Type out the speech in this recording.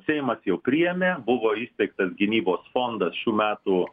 seimas jau priėmė buvo įsteigtas gynybos fondas šių metų